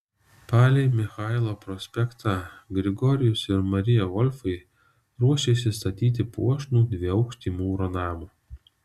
palei michailo prospektą grigorijus ir marija volfai ruošėsi statyti puošnų dviaukštį mūro namą